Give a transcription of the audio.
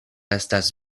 estas